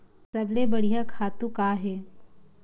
सबले बढ़िया खातु का हे?